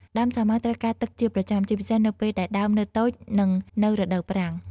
ដើមសាវម៉ាវត្រូវការទឹកជាប្រចាំ ជាពិសេសនៅពេលដែលដើមនៅតូច និងនៅរដូវប្រាំង។